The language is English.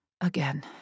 Again